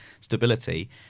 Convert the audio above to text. stability